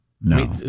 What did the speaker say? no